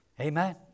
Amen